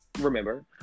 remember